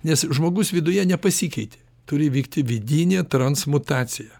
nes žmogus viduje nepasikeitė turi įvykti vidinė transmutacija